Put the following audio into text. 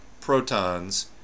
protons